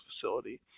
facility